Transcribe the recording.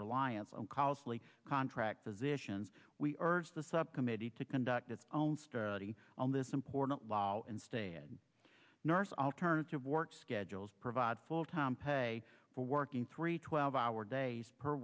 reliance on costly contract physicians we urge the subcommittee to conduct its own study on this important law instead nurse alternative work schedules provide full time pay for working three twelve hour days per